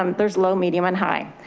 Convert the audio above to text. um there's low, medium and high.